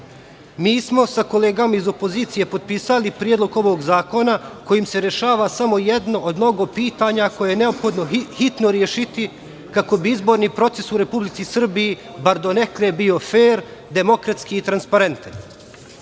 Mi smo sa kolegama iz opozicije potpisali predlog ovog zakona kojim se rešava samo jedno od mnogo pitanja koje je neophodno hitno rešiti kako bi izborni proces u Republici Srbiji bar donekle bio fer, demokratski i transparentan. Vraćanje